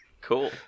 Cool